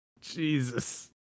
jesus